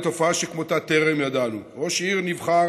לתופעה שכמותה טרם ידענו: ראש עיר נבחר